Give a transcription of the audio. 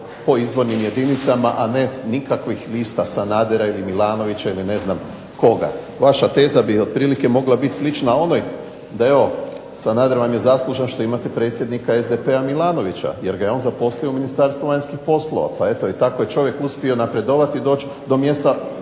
po izbornim jedinicama, a ne nikakvih lista Sanadera ili Milanovića ili ne znam koga. Vaša teza bi otprilike mogla biti slična onoj da evo Sanader vam je zaslužan što imate predsjednika SDP-a Milanovića jer ga je on zaposlio u Ministarstvu vanjskih poslova. Pa eto i tako je čovjek uspio napredovati i doći do mjesta